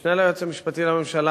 משנה ליועץ המשפטי לממשלה,